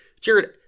jared